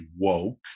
woke